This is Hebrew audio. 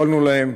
יכולנו להם.